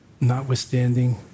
notwithstanding